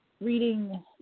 Reading